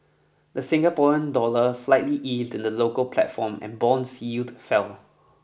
the Singaporean dollar slightly eased in the local platform and bonds yield fell